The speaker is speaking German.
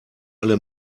alle